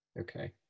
Okay